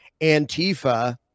Antifa